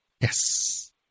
Yes